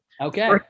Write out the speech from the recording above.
Okay